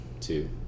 Two